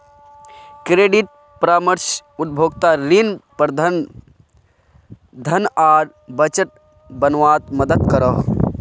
credit परामर्श उपभोक्ताक ऋण, प्रबंधन, धन आर बजट बनवात मदद करोह